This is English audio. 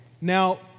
Now